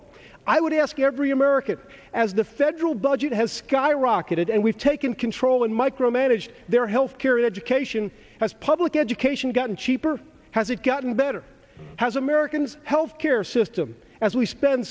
control i would ask every american as the federal budget has skyrocketed and we've taken control in micromanage their health care in education as public education gotten cheaper has it gotten better has americans health care system as we spen